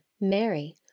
Mary